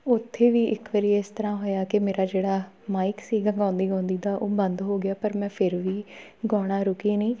ਉੱਥੇ ਵੀ ਇੱਕ ਵਾਰ ਇਸ ਤਰ੍ਹਾਂ ਹੋਇਆ ਕਿ ਮੇਰਾ ਜਿਹੜਾ ਮਾਈਕ ਸੀਗਾ ਗਾਉਂਦੀ ਗਾਉਂਦੀ ਦਾ ਉਹ ਬੰਦ ਹੋ ਗਿਆ ਪਰ ਮੈਂ ਫਿਰ ਵੀ ਗਾਉਣਾ ਰੁਕੀ ਨਹੀਂ